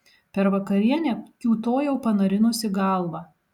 per vakarienę kiūtojau panarinusi galvą